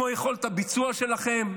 כמו יכולת הביצוע שלכם.